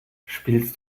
spielst